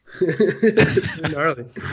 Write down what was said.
Gnarly